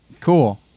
Cool